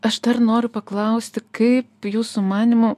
aš dar noriu paklausti kaip jūsų manymu